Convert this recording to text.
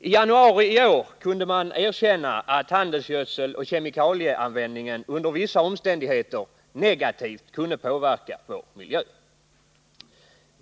I januari i år kunde man erkänna att handelsgödseloch kemikalieanvändningen under vissa omständigheter kunde påverka vår miljö negativt.